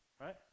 right